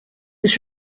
was